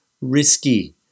risky